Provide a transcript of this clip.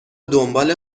دنبال